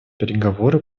переговоры